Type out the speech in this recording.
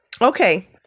okay